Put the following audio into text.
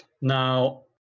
Now